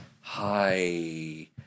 Hi